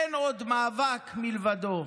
אין עוד מאבק מלבדו.